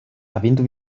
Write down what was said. avendo